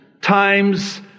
times